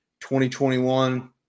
2021